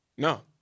No